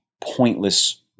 pointless